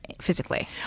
physically